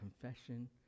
confession